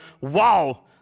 wow